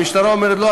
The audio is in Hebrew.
המשטרה אומרת: לא,